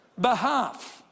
behalf